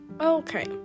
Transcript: Okay